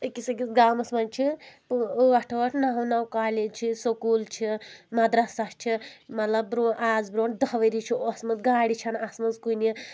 أکِس أکِس گامَس منٛز چھِ ٲٹھ ٲٹھ نَو نَو کالیج چھِ سکوٗل چھِ مدرسہ چھِ مطلب آز برونٛہہ دہ ؤری چھ اوسمُت گاڑِ چھَنہٕ آس مژٕ کُنہِ